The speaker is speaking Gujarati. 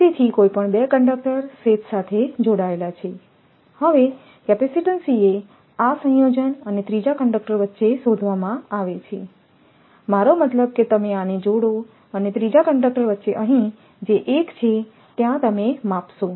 તેથી કોઈપણ 2 કંડક્ટર શેથ સાથે જોડાયેલા છે તેથી હવે કેપેસિટીન્સ આ સંયોજન અને ત્રીજા કંડક્ટર વચ્ચે શોધવામાં આવે છે મારો મતલબ કે તમે આને જોડો અને ત્રીજા કંડક્ટર વચ્ચે અહીં જે 1 છે ત્યાં તમે માપશો